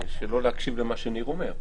שלא להקשיב למה שניר אומר.